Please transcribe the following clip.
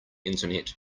internet